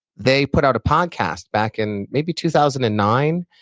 they put out a podcast back in maybe two thousand and nine,